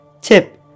Tip